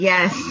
Yes